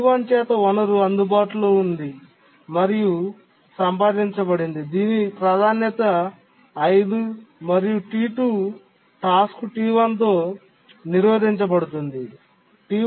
T1 చేత వనరు అందుబాటులో ఉంది మరియు సంపాదించబడింది దీని ప్రాధాన్యత 5 మరియు T2 టాస్క్ T1 తో నిరోధించబడుతుంది